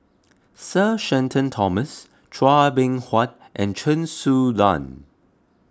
Sir Shenton Thomas Chua Beng Huat and Chen Su Lan